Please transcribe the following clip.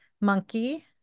monkey